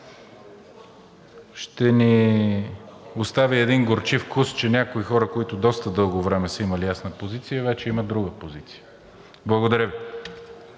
ще ни остави един горчив вкус, че някои хора, които доста дълго време са имали ясна позиция, вече имат друга позиция. Благодаря Ви.